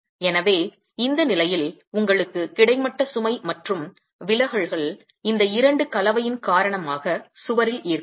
எனவே இந்த நிலையில் உங்களுக்கு கிடைமட்ட சுமை மற்றும் விலகல்கள் இந்த இரண்டு கலவையின் காரணமாக சுவரில் ஏற்படும்